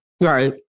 Right